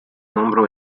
nombró